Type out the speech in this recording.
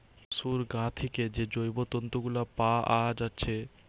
পোশুর গা থিকে যে জৈব তন্তু গুলা পাআ যাচ্ছে